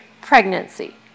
pregnancy